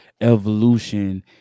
evolution